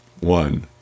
One